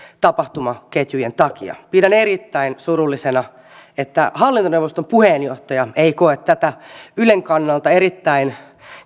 tapahtumaketjujen takia pidän erittäin surullisena että hallintoneuvoston puheenjohtaja ei koe tätä ylen kannalta erittäin